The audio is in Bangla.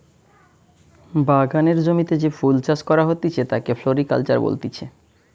বাগানের জমিতে যে ফুল চাষ করা হতিছে তাকে ফ্লোরিকালচার বলতিছে